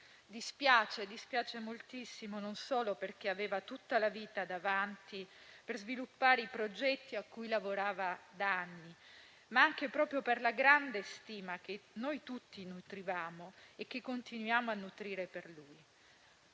Dispiace moltissimo, non solo perché avrebbe avuto tutta la vita davanti per sviluppare i progetti cui lavorava da anni, ma anche per la grande stima che noi tutti nutrivamo e che continuiamo a nutrire per lui.